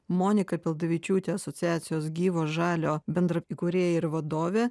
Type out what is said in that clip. monika pildavičiutė asociacijos gyvo žalio bendraįkūrėja ir vadovė